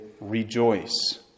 rejoice